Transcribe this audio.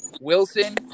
Wilson